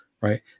right